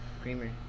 creamer